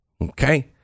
Okay